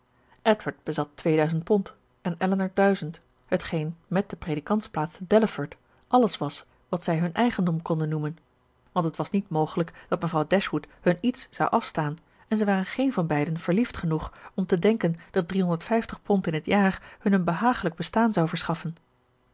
edward bezat tweeduizend pond en elinor duizend hetgeen met de predikantsplaats te delaford alles was wat zij hun eigendom konden noemen want het was niet mogelijk dat mevrouw dashwood hun iets zou afstaan en zij waren geen van beiden verliefd genoeg om te denken dat driehonderdvijftig pond in het jaar hun een behagelijk bestaan zou verschaffen